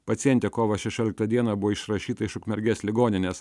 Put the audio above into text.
pacientė kovo šešioliktą dieną buvo išrašyta iš ukmergės ligoninės